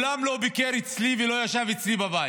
מעולם לא ביקר אצלי ולא ישב אצלי בבית.